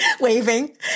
waving